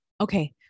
Okay